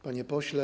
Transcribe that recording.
Panie Pośle!